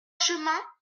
chemin